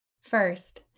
First